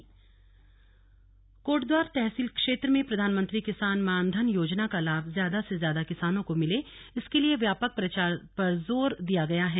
किसान मानधन योजना कोटद्वार तहसील क्षेत्र में प्रधानमंत्री किसान मानधन योजना का लाभ ज्यादा से ज्यादा किसानों को मिले इसके लिए व्यापक प्रचार पर जोर दिया गया है